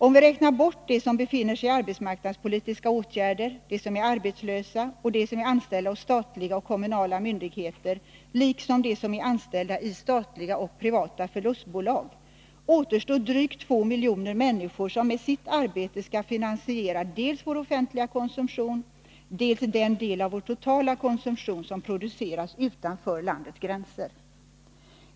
Om vi räknar bort dem som är föremål för arbetsmarknadspolitiska åtgärder, dem som är arbetslösa och dem som är anställda hos statliga och kommunala myndigheter liksom dem som är anställda i statliga och privata förlustbolag, återstår drygt 2 miljoner människor som med sitt arbete skall finansiera dels vår offentliga konsumtion, dels den del av vår totala konsumtion som produceras utanför landets gränser.